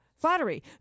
Flattery